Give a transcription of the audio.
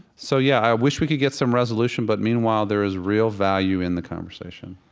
so yeah, i wish we could get some resolution, but meanwhile, there is real value in the conversation.